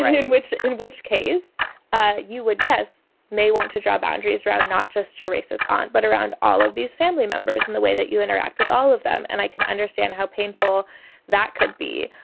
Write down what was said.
in which in which case ah you would. yes may want to draw boundaries around not just your racist aunt, but around all of these family members in the way that you interact with all of them. and i can understand how painful that could be.